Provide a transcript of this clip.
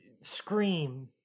scream